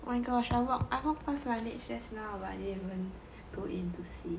oh my gosh I walked pass Laneige just now but I didn't even go in to see